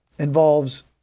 involves